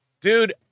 dude